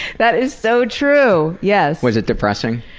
that is so true, yes. was it depressing?